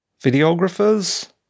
videographers